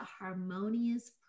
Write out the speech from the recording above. harmonious